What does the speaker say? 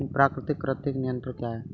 प्राकृतिक कृंतक नियंत्रण क्या है?